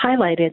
highlighted